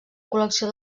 col·lecció